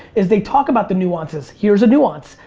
is they talk about the nuances. here's a nuance,